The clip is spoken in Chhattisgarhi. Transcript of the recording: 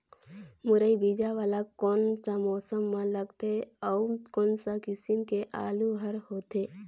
मुरई बीजा वाला कोन सा मौसम म लगथे अउ कोन सा किसम के आलू हर होथे?